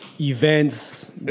events